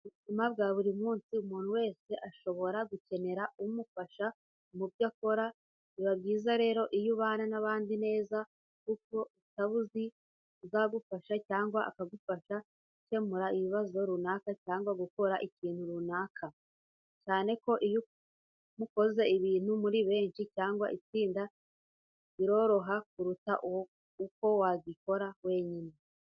Mu buzima bwa buri munsi umuntu wese ashobora gukenera umufasha mu byo akora biba byiza rero iyo ubana n'abandi neza kuko utaba uzi uzagufasha cyangwa akagufasha gukemura ikibazo runaka cyangwa gukora ikintu runaka, cyane ko iyo mukoze ibintu muri benshi cyangwa itsinda biroroha kuruta uko wagikora wenyine.